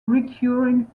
recurring